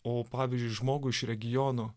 o pavyzdžiui žmogui iš regiono